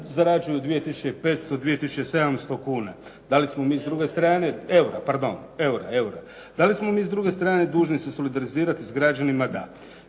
zarađuju 2 500, 2 700 eura. Da li smo mi s druge strane dužni se solidarizirati s građanima? Da.